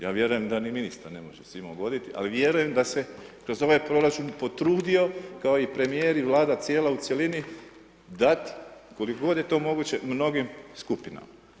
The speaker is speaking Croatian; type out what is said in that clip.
Ja vjerujem da ni ministar ne može svima ugoditi, ali vjerujem da se kroz ovaj proračun potrudio kao i premijer i Vlada cijela u cjelini dati koliko god je to moguće mnogim skupinama.